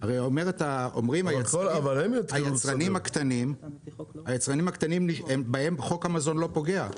הרי אומרים היצרנים הקטנים שבהם חוק המזון לא פוגע,